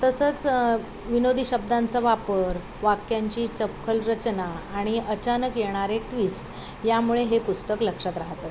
तसंच विनोदी शब्दांचा वापर वाक्यांची चपखल रचना आणि अचानक येणारे ट्विस्ट यामुळे हे पुस्तक लक्षात राहत